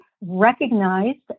recognized